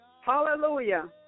Hallelujah